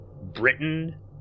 Britain